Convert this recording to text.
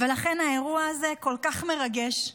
ולכן האירוע הזה כל כך מרגש.